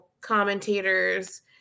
commentators